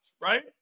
right